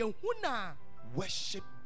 worship